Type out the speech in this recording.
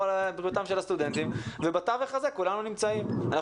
על בריאותם של הסטודנטים ובתווך הזה כולנו נמצאים.